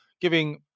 giving